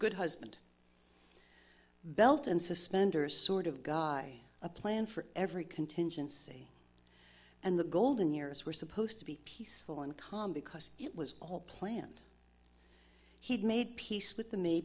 good husband belt and suspenders sort of guy a plan for every contingency and the golden years were supposed to be peaceful and calm because it was all planned he'd made peace with the may